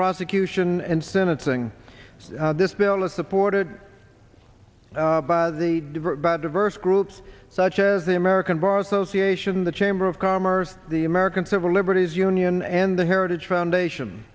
prosecution and sentencing this bill is supported by the diverse groups such as the american bar association the chamber of commerce the american civil liberties union and the heritage foundation